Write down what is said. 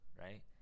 right